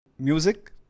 Music